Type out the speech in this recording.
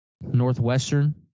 Northwestern